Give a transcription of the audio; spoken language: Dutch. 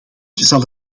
zal